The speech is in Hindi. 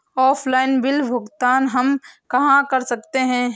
ऑफलाइन बिल भुगतान हम कहां कर सकते हैं?